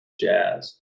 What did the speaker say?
jazz